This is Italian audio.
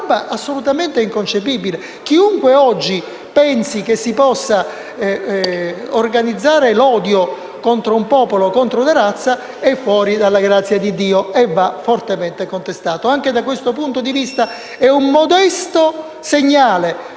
posizione assolutamente inconcepibile: chiunque oggi pensi che si possa organizzare l'odio contro un popolo, contro una razza è fuori dalla grazia di Dio e va fortemente contestato. Anche da questo punto di vista, approvare una